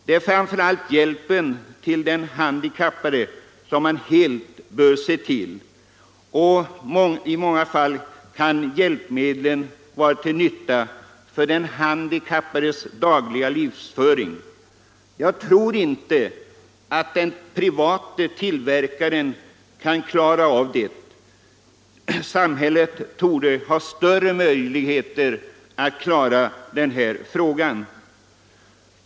Det är hjälpen till den handikappade som man helt bör ta hänsyn till. I många fall kan hjälpmedlen också vara till nytta i den handikappades dagliga livsföring. Jag tror inte att den privata tillverkaren kan klara av detta behov. Samhället torde ha större möjligheter att göra det.